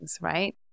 right